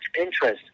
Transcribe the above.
interest